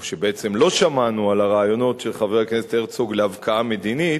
או שבעצם לא שמענו על הרעיונות של חבר הכנסת הרצוג להבקעה מדינית,